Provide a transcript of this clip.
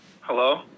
Hello